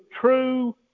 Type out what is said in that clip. true